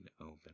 open